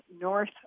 north